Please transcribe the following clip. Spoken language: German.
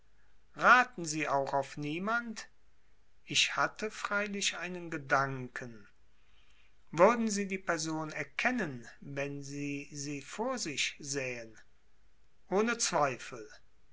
raten sie auch auf niemand ich hatte freilich einen gedanken würden sie die person erkennen wenn sie sie vor sich sähen ohne zweifel